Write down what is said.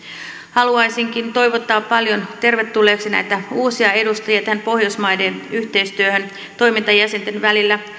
haluaisinkin toivottaa paljon tervetulleeksi näitä uusia edustajia pohjoismaiden yhteistyöhön toiminta jäsenten välillä